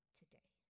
today